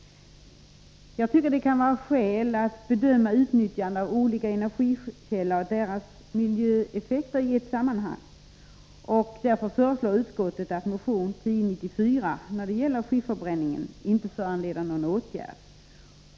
Det kan finnas skäl att bedöma utnyttjandet av olika energikällor och deras miljöeffekter i ett sammanhang. Därför föreslår utskottet att yrkandet i motion 1094 om skifferbränning inte föranleder någon åtgärd.